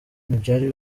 ntibyari